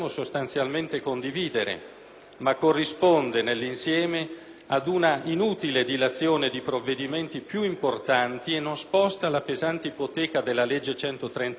ma corrisponde nell'insieme ad una inutile dilazione di provvedimenti più importanti e non sposta la pesante ipoteca della legge n. 133, che grava su di lui.